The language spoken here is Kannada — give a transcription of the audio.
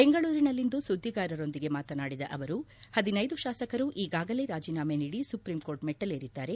ಬೆಂಗಳೂರಿನಲ್ಲಿಂದು ಸುದ್ದಿಗಾರರೊಂದಿಗೆ ಮಾತನಾಡಿದ ಅವರು ಹದಿನೈದು ಶಾಸಕರು ಈಗಾಗಲೇ ರಾಜನಾಮೆ ನೀಡಿ ಸುಪ್ರೀಂಕೋರ್ಟ್ ಮೆಟ್ಟಲೇರಿದ್ದಾರೆ